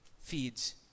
feeds